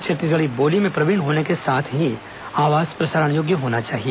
छत्तीसगढ़ी बोली में प्रवीण होने के साथ ही आवाज प्रसारण योग्य होना चाहिए